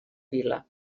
vila